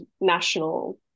national